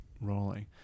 rolling